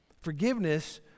Forgiveness